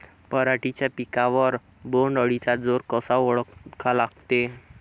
पराटीच्या पिकावर बोण्ड अळीचा जोर कसा ओळखा लागते?